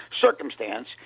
circumstance